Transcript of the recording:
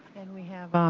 and we have